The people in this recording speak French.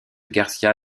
garcia